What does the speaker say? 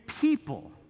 people